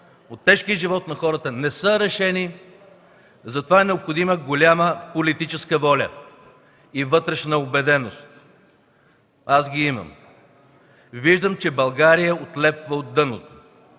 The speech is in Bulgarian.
от тежкия живот на хората не са решени. Затова е необходима голяма политическа воля и вътрешна убеденост. Аз ги имам. Виждам, че България отлепва от дъното